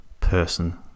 person